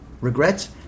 Regrets